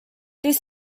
these